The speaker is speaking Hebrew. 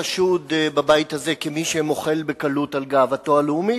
בבית הזה כמי שמוחל בקלות על גאוותו הלאומית.